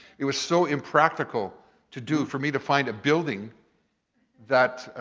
it was so impractical to do for me to find a building that.